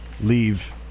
Leave